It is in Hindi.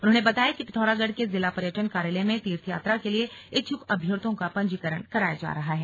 उन्होंने बताया कि पिथौरागढ़ के जिला पर्यटन कार्यालय में तीर्थयात्रा के लिए इच्छुक अभ्यर्थियों का पंजीकरण कराया जा रहा है